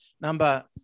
Number